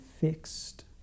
fixed